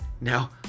now